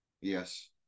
Yes